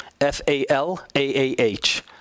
F-A-L-A-A-H